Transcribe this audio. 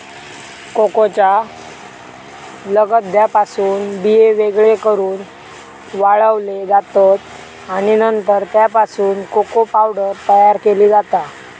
कोकोच्या लगद्यापासून बिये वेगळे करून वाळवले जातत आणि नंतर त्यापासून कोको पावडर तयार केली जाता